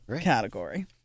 category